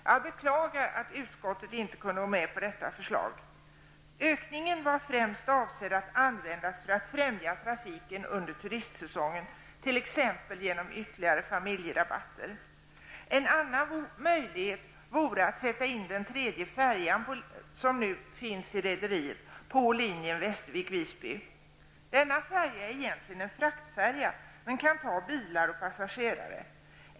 Jag beklagar att utskottet inte kunde gå med på detta förslag. Ökningen var främst avsedd att användas för att främja trafiken under turistsäsongen, t.ex. genom ytterligare familjerabatter. En annan möjlighet vore att sätta in den tredje färjan, som nu finns hos rederiet, på linjen Västervik--Visby. Denna färja är egentligen en fraktfärja, men kan ta bilar och passagerare.